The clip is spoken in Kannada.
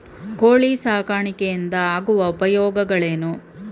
ಕೋಳಿ ಸಾಕಾಣಿಕೆಯಿಂದ ಆಗುವ ಉಪಯೋಗಗಳೇನು?